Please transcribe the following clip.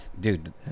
dude